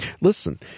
Listen